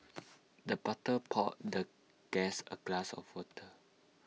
the butler poured the guest A glass of water